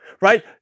right